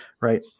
right